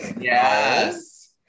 Yes